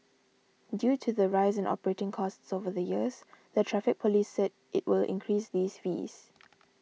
due to the rise in operating costs over the years the Traffic Police said it will increase these fees